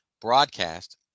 broadcast